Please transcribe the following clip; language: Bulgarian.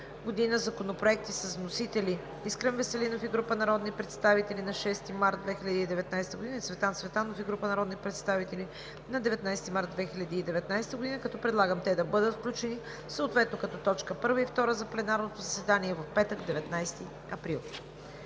г. законопроекти с вносители: Искрен Веселинов и група народни представители на 6 март 2019 г.; Цветан Цветанов и група народни представители на 19 март 2019 г. Предлагам те да бъдат включени съответно като точка първа и втора за пленарното заседание в петък, 19 април